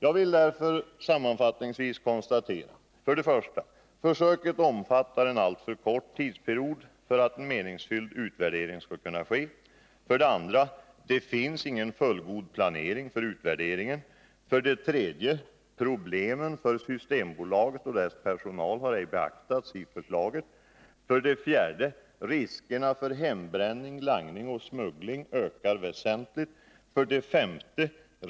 Jag vill därför sammanfattningsvis konstatera: 1. Försöket omfattar en alltför kort tidsperiod för att en meningsfylld utvärdering skall kunna ske. 2. Det finns ingen fullgod planering för utvärderingen. 3. Problemen för Systembolaget och dess personal har ej beaktats i förslaget. 4. Riskerna för hembränning, langning och smuggling ökar väsentligt. 5.